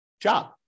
job